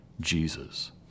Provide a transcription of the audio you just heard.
Jesus